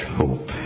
hope